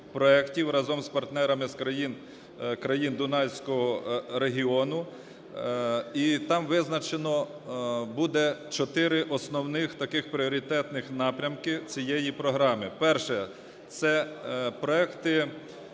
проектів разом з партнерами з країн Дунайського регіону, і там визначено буде чотири основних таких пріоритетних напрямків цієї програми. Перше – це проекти,